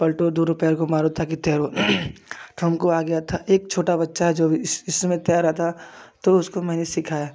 पलटो दोनों पैर को मारो ताकि तैरो तो हमको आ गया था एक छोटा बच्चा है जो इस इसमें तैर रहा था तो उसको मैंने सिखाया